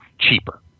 cheaper